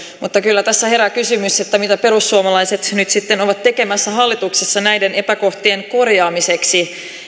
mutta kyllä tässä herää kysymys mitä perussuomalaiset nyt sitten ovat tekemässä hallituksessa näiden epäkohtien korjaamiseksi